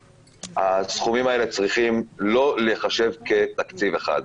והסכומים האלה צריכים לא להיחשב כתקציב אחד.